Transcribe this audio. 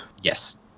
Yes